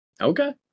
Okay